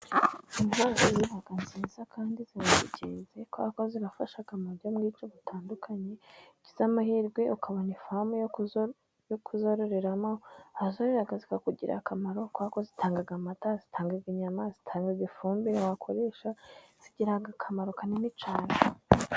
Inka ziba nziza kandi ziba ingenzi kubera ko zirafasha mu buryo bwinshi butandukanye iyo ugize amahirwe ukabona ifamu yo kuzororeramo ahasigaye zikakugirira akamaro kuko zitanga amata, zitanga inyama, zitanga ifumbire wakoresha zigira akamaro kanini cyane.